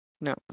no